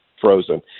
frozen